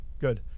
good